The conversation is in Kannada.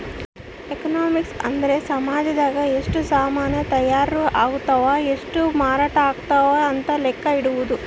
ಎಕನಾಮಿಕ್ಸ್ ಅಂದ್ರ ಸಾಮಜದಾಗ ಎಷ್ಟ ಸಾಮನ್ ತಾಯರ್ ಅಗ್ತವ್ ಎಷ್ಟ ಮಾರಾಟ ಅಗ್ತವ್ ಅಂತ ಲೆಕ್ಕ ಇಡೊದು